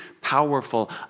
powerful